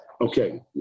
Okay